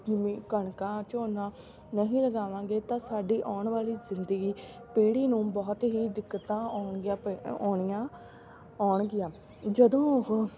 ਜਿਵੇਂ ਕਣਕਾਂ ਝੋਨਾ ਨਹੀਂ ਲਗਾਵਾਂਗੇ ਤਾਂ ਸਾਡੀ ਆਉਣ ਵਾਲੀ ਜ਼ਿੰਦਗੀ ਪੀੜੀ ਨੂੰ ਬਹੁਤ ਹੀ ਦਿੱਕਤਾਂ ਆਉਣਗੀਆਂ ਪ ਆਉਣੀਆਂ ਆਉਣਗੀਆਂ ਜਦੋਂ ਉਹ